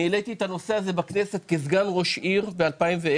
אני העליתי את הנושא הזה בכנסת כסגן ראש עיר ב-2010,